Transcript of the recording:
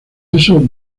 eso